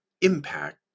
impact